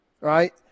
right